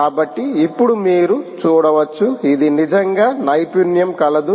కాబట్టి ఇప్పుడు మీరు చూడవచ్చు ఇది నిజంగా నైపుణ్యం కలదు